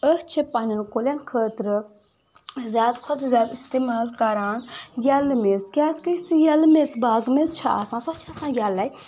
أسۍ چھِ پننٮ۪ن کُلٮ۪ن خٲطرٕ زیادٕ کھۄتہٕ زیادٕ استعمال کران یَلہٕ میٚژ کیٛازِ کہِ یُس یَلہٕ میٚژ باغہٕ منٛز چھِ آسان سۄ چھِ آسان یَلے